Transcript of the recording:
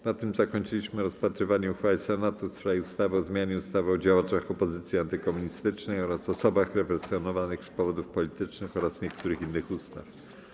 Na tym zakończyliśmy rozpatrywanie uchwały Senatu w sprawie ustawy o zmianie ustawy o działaczach opozycji antykomunistycznej oraz osobach represjonowanych z powodów politycznych oraz niektórych innych ustaw.